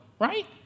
right